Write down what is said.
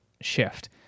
shift